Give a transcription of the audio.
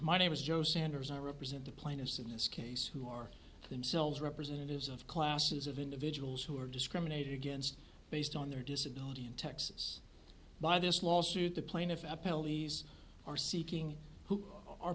my name is joe sanders and i represent the plaintiffs in this case who are themselves representatives of classes of individuals who are discriminated against based on their disability in texas by this lawsuit the plaintiff penalties are seeking who are